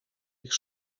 ich